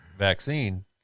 vaccine